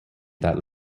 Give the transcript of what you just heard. that